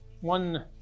one